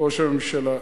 ראש הממשלה,